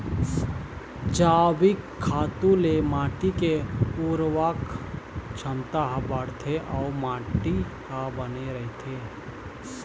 जइविक खातू ले माटी के उरवरक छमता ह बाड़थे अउ माटी ह बने रहिथे